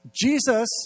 Jesus